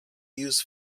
used